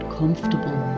comfortable